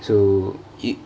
so it